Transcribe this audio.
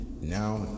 now